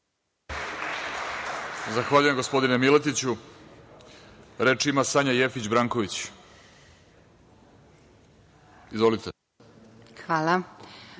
Hvala